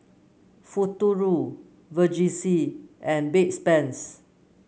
Futuro Vagisil and Bedpans